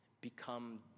become